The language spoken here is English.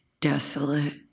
desolate